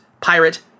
pirate